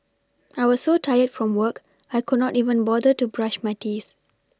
I was so tired from work I could not even bother to brush my teeth